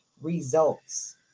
Results